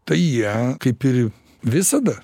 tai jie kaip ir visada